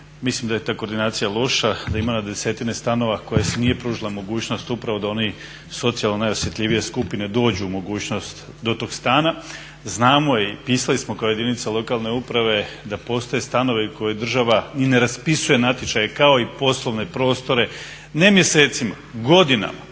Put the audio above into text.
mislim da je ta koordinacija loša, da ima na desetine stanova koje se nije pružila mogućnost upravo da one socijalno najosjetljivije skupine dođu u mogućnost do tog stana. Znamo i pisali smo kao jedinica lokalne uprave da postoje stanovi koje država i ne raspisuje natječaj, kao i poslovne prostore, ne mjesecima, godinama